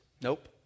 nope